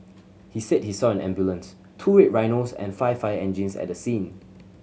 he said he saw an ambulance two Red Rhinos and five fire engines at the scene